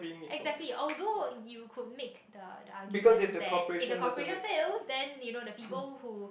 exactly although you can make the argument that if the corporation fails then you know the people who